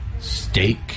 steak